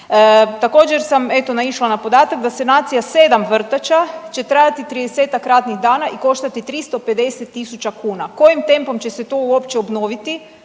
Također sam eto naišla na podatak da sanacija 7 vrtača će trajati 30-tak radnih dana i koštati 350.000 kuna. Kojim tempom će se to uopće obnoviti,